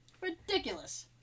Ridiculous